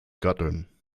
gattin